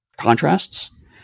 Contrasts